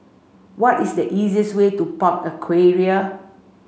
what is the easiest way to Park Aquaria